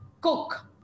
cook